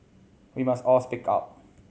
we must all speak out